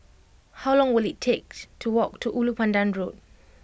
how long will it take to walk to Ulu Pandan Road